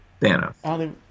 Thanos